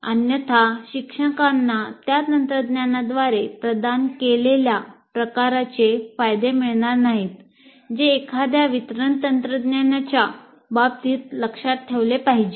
अन्यथा शिक्षकांना या तंत्रज्ञानाद्वारे प्रदान केलेल्या प्रकाराचे फायदे मिळणार नाहीत जे एखाद्याला वितरण तंत्रज्ञानाच्या बाबतीत लक्षात ठेवले पाहिजे